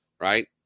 right